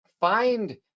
find